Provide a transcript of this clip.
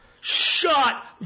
Shut